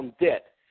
debt